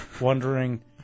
wondering